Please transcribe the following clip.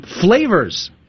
flavors